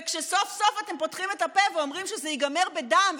וכשסוף-סוף אתם פותחים את הפה ואומרים שזה ייגמר בדם,